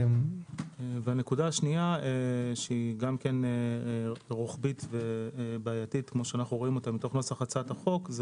הנקודה השנייה שהיא גם רוחבית ובעייתית מתוך נוסח הצעת החוק,